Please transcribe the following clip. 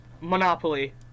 Monopoly